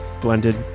blended